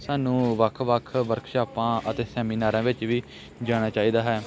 ਸਾਨੂੰ ਵੱਖ ਵੱਖ ਵਰਕਸ਼ਾਪਾਂ ਅਤੇ ਸੈਮੀਨਾਰਾਂ ਵਿੱਚ ਵੀ ਜਾਣਾ ਚਾਹੀਦਾ ਹੈ